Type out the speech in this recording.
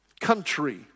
country